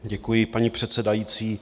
Děkuji, paní předsedající.